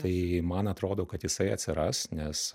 tai man atrodo kad jisai atsiras nes